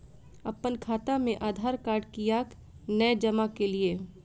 अप्पन खाता मे आधारकार्ड कियाक नै जमा केलियै?